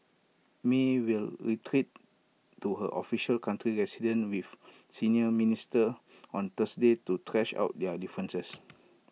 may will retreat to her official country resident with senior minister on Thursday to thrash out their differences